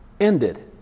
ended